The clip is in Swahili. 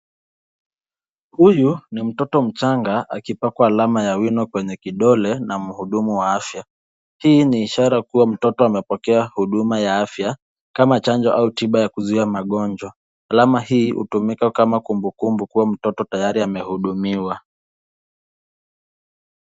Huyu ni mtoto mchanga akipakwa alama ya wino kwa kidole na mhudumu wa afya. Hii ni ishara kuwa mtoto amepokea huduma ya afya kama chanjo au tiba ya kuzuia magonjwa. Alama hii hutumika kama kumbukumbu kuwa mtoto tayari amehudumiwa.